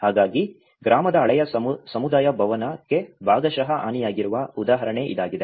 ಹಾಗಾಗಿ ಗ್ರಾಮದ ಹಳೆಯ ಸಮುದಾಯ ಭವನಕ್ಕೆ ಭಾಗಶಃ ಹಾನಿಯಾಗಿರುವ ಉದಾಹರಣೆ ಇದಾಗಿದೆ